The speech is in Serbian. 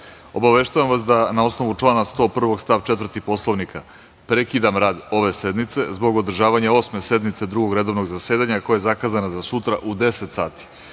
obaveštavam vas da, na osnovu člana 101. stav 4. Poslovnika, prekidam rad ove sednice zbog održavanja Osme sednice Drugog redovnog zasedanja, koja je zakazana za sutra u 10.00 sati.U